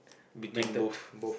between both